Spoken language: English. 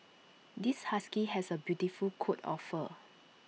this husky has A beautiful coat of fur